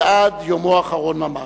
ועד יומו האחרון ממש.